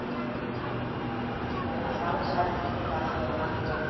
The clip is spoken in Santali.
ᱥᱮ ᱟᱥᱟᱲ ᱵᱚᱸᱜᱟ ᱡᱟᱦᱟᱸ ᱠᱚ ᱪᱟᱥ ᱦᱩᱭᱩᱜᱼᱟ ᱚᱱᱟ ᱠᱚᱫᱚ